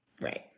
Right